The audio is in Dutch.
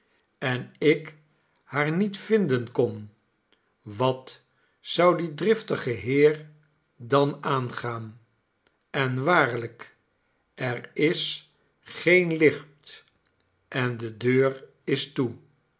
en ik haar niet vinden kon wat zou die driftige heer dan aangaan en waarlijk er is geen licht en de deur is toe